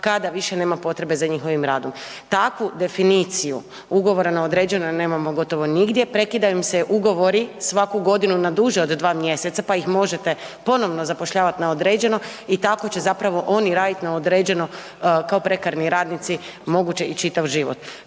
kad više nema potrebe za njihovim radom? Takvu definiciju ugovora na određeno nemamo gotovo nigdje, prekidaju im se ugovori svaku godinu na duže od dva mjeseca pa ih možete ponovno zapošljavati na određeno i tako će zapravo oni raditi na određeno kao prekarni radnici moguće i čitav život.